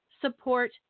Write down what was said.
support